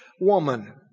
woman